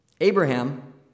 Abraham